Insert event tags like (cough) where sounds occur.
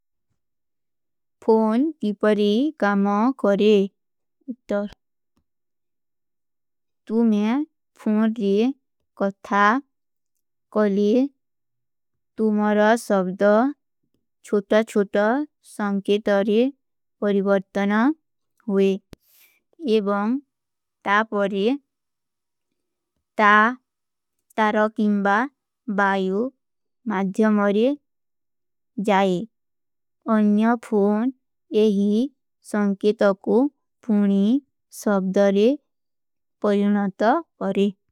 ଫୋନ କିପରେ କାମା କରେ, (hesitation) ତୁମ୍ହେ ଫୋନ ରେ କଥା କଲେ, ତୁମ୍ହରା ସବ୍ଦ ଛୋଟା-ଛୋଟା ସଂକେତରେ ପରିଵର୍ତନ ହୁଏ, ଏବଂ ତା ପରେ ତା ତରଖିଂବା ବାଯୂ ମାଧ୍ଯମରେ ଜାଏ। ଅଣ୍ଯା ଫୋନ ଯହୀ ସଂକେତର କୋ ଫୋନୀ ସବ୍ଦରେ ପରିଵର୍ତନ ତା ପରେ।